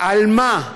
על מה?